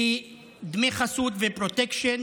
כי דמי חסות ופרוטקשן